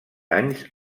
anys